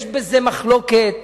יש בזה מחלוקת,